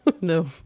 no